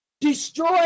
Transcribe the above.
destroy